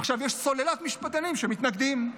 עכשיו יש סוללות משפטנים שמתנגדים.